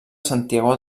santiago